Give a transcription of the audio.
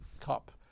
cup